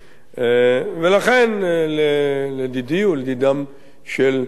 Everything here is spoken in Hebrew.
לכן, לדידי, ולדידם של רבים,